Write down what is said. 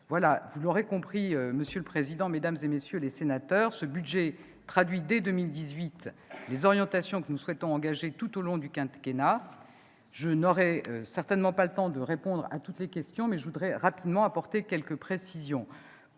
Vous l'aurez compris, monsieur le président, mesdames messieurs les sénatrices, ce budget traduit dès 2018 les orientations que nous souhaitons prendre tout au long du quinquennat. Je n'aurai certainement pas le temps de répondre à toutes vos questions, mais je voudrais rapidement apporter quelques précisions